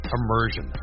Immersion